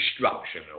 destruction